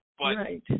Right